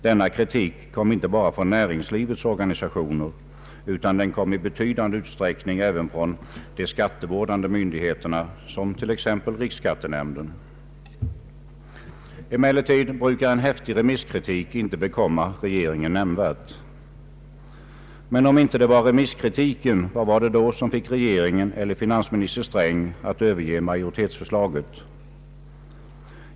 Denna kritik kom inte bara från näringslivets organisationer, utan den kom i betydande utsträckning även från de skattevårdande myndigheterna, t.ex. riksskattenämnden. Emellertid brukar en häftig remisskritik inte bekomma regeringen nämnvärt. Men om det inte var remisskritiken, vad var det då som fick regeringen eller finansminister Sträng att överge majoritetsförslaget?